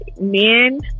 men